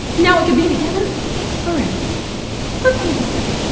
now we could be together forever but from a distance.